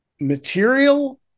material